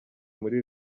muri